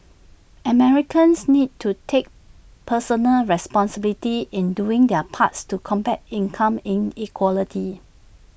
Americans need to take personal responsibility in doing their parts to combat income inequality